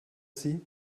sie